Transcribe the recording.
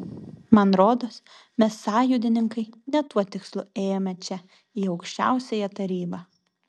man rodos mes sąjūdininkai ne tuo tikslu ėjome čia į aukščiausiąją tarybą